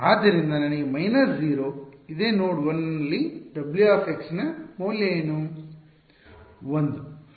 ಆದ್ದರಿಂದ ನನಗೆ ಮೈನಸ್ 0 ಇದೆ ನೋಡ್ 1 ನಲ್ಲಿ W ನ ಮೌಲ್ಯ ಏನು